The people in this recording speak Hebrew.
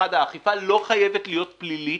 אחד, האכיפה לא חייבת להיות פלילית,